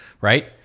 right